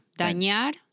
Dañar